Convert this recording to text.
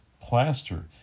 plaster